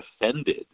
offended